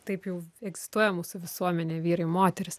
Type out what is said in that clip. taip jau egzistuoja mūsų visuomenė vyrai moterys